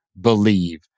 believe